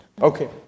Okay